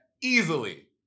easily